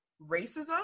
racism